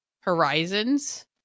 Horizons